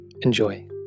Enjoy